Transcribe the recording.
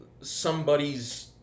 somebody's